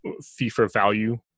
fee-for-value